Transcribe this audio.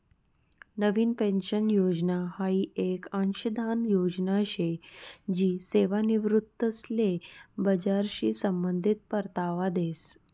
नवीन pension योजना हाई येक अंशदान योजना शे जी सेवानिवृत्तीसले बजारशी संबंधित परतावा देस